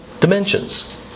dimensions